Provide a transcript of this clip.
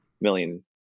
million